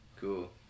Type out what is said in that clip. Cool